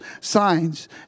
signs